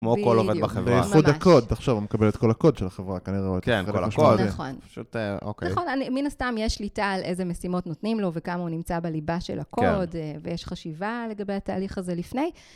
כמו כל עובד בחברה, ממש. ביחוד הקוד, עכשיו הוא מקבל את כל הקוד של החברה, כנראה. כן, כל הקוד. פשוט, אוקיי. נכון, מן הסתם יש שליטה על איזה משימות נותנים לו וכמה הוא נמצא בליבה של הקוד, כן, ויש חשיבה לגבי התהליך הזה לפני.